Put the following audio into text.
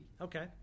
Okay